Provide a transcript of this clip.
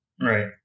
Right